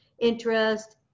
interest